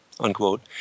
unquote